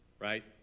right